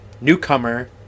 Newcomer